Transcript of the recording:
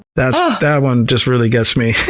that ah that one just really gets me.